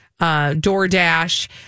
DoorDash